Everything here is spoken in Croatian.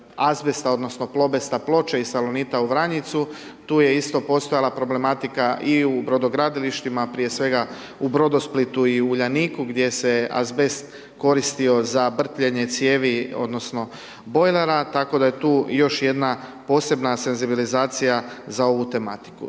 azbesta, donosno Plobesta Ploče i Salonita u Vranjicu tu je isto postojala problematika i u brodogradilištima prije svega u Brodosplitu i Uljaniku gdje se azbest koristio za brtvljenje cijevi odnosno bojlera, tako da je tu još jedna posebna senzibilizacija za ovu tematiku.